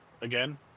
again